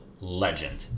legend